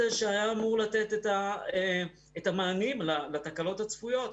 שהיה אמור לתת את המענים לתקלות הצפויות.